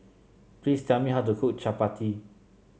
please tell me how to cook Chapati